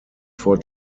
four